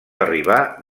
arribar